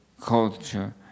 culture